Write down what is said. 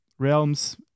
realms